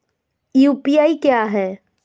UPI क्या है?